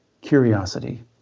curiosity